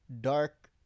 dark